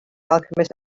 alchemist